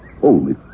Holy